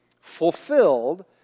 fulfilled